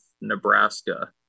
Nebraska